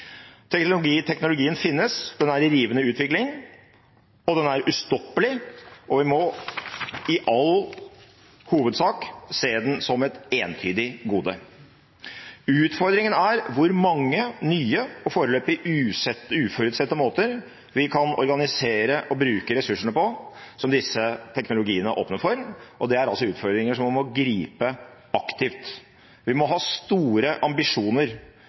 finnes, den er i rivende utvikling, den er ustoppelig, og vi må i all hovedsak se den som et entydig gode. Utfordringen er hvor mange nye og foreløpig uforutsette måter vi kan organisere og bruke ressursene på som disse teknologiene åpner for. Det er utfordringer som vi må gripe aktivt. Vi må ha store ambisjoner.